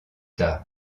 tard